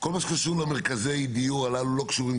מה שקשור למרכזי הדיור הללו לא קשורים כרגע.